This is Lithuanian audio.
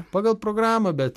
pagal programą bet